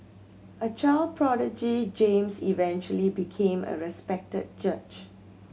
a child prodigy James eventually became a respected judge